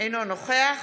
אינו נוכח